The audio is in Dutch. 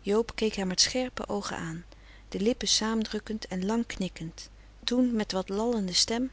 joob keek haar met scherpe oogen aan de lippen frederik van eeden van de koele meren des doods saamdrukkend en lang knikkend toen met wat lallende stem